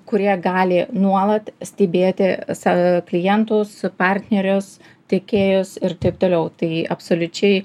kurie gali nuolat stebėti sa klientus partnerius tiekėjus ir taip toliau tai absoliučiai